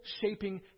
shaping